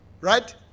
Right